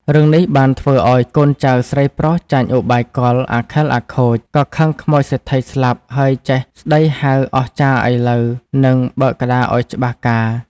រឿងនេះបានធ្វើឲ្យកូនចៅស្រីប្រុសចាញ់ឧបាយកលអាខិលអាខូច ក៏ខឹងខ្មោចសេដ្ឋីស្លាប់ហើយចេះស្ដីហៅអស្ចារ្យឥឡូវ នឹងបើក្ដារឱ្យច្បាស់ការ។